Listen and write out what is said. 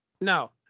no